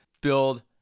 build